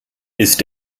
ist